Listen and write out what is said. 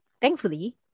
thankfully